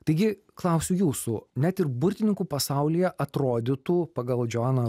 taigi klausiu jūsų net ir burtininkų pasaulyje atrodytų pagal džoaną